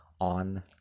on